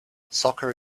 soccer